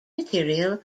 material